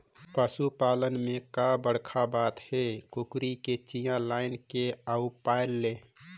पसू पालन में का बड़खा बात हे, कुकरी के चिया लायन ले अउ पायल ले